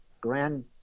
grand